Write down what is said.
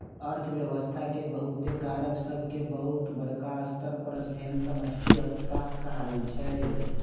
अर्थव्यवस्था के बहुते कारक सभके बहुत बरका स्तर पर अध्ययन समष्टि अर्थशास्त्र कहाइ छै